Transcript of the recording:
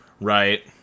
Right